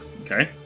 okay